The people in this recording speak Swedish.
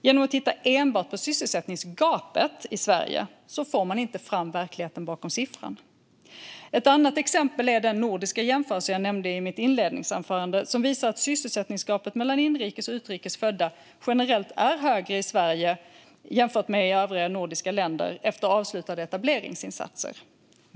Genom att titta enbart på sysselsättningsgapet i Sverige får man inte fram verkligheten bakom siffran. Ett annat exempel är den nordiska jämförelse jag nämnde i mitt svar, som visar att sysselsättningsgapet mellan inrikes och utrikes födda generellt är högre i Sverige än i övriga nordiska länder efter avslutade etableringsinsatser.